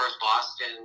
Boston